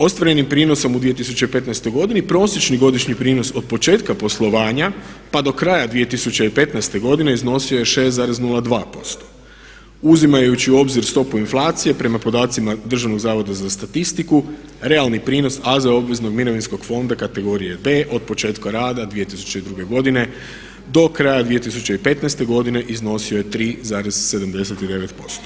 Ostvarenim prinosom u 2015. godini prosječni godišnji prinos od početka poslovanja pa do kraja 2015.godine iznosio je 6,02% uzimajući u obzir stopu inflacije prema podacima Državnog zavoda za statistiku realni prinos AZ obveznog mirovinskog fonda kategorije B od početka rada 2002.godine do kraja 2015.godine iznosio je 3,79%